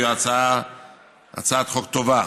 היא הצעת חוק טובה.